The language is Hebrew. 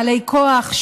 בעלי כוח,